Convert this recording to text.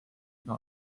iga